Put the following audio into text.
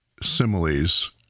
similes